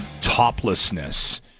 toplessness